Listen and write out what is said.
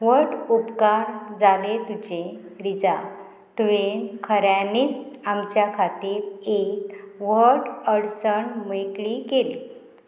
व्हड उपकार जाले तुजे रिजा तुवें खऱ्यांनीच आमच्या खातीर एक व्हड अडचण मेकळी केली